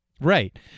Right